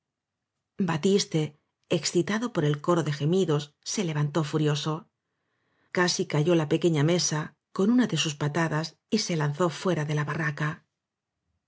batiste excitado por el coro de gemidos se levantó furioso casi cayó la pequeña mesa con una de sus patadas y se lanzó fuera de la barraca